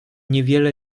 niewiele